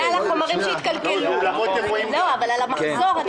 זה על החומרים שהתקלקלו, אבל אני מדברת על המחזור.